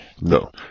No